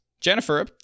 Jennifer